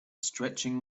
stretching